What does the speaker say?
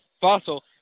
Fossil